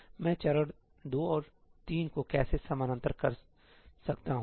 मैं चरण 2 और 3 को कैसे समानांतर कर सकता हूं